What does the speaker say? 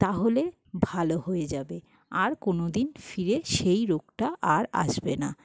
তাহলে ভালো হয়ে যাবে আর কোনো দিন ফিরে সেই রোগটা আর আসবে না